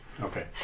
Okay